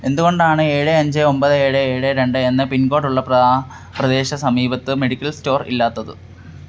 എന്തുകൊണ്ടാണ് ഏഴ് അഞ്ച് ഒമ്പത് ഏഴ് ഏഴ് രണ്ട് എന്ന പിൻകോഡ് ഉള്ള പ്രദാ പ്രദേശ സമീപത്ത് മെഡിക്കൽ സ്റ്റോർ ഇല്ലാത്തത്